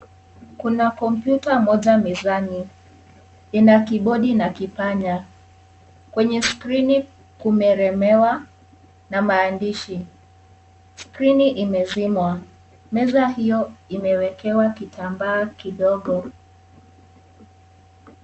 Kuna kompyuta moja mezani. Ina kibodi na kipanya kwenye skrini kumeremewa na maandishi. Skrini imezimwa. Meza hiyo imewekewa kitambaa kidogo.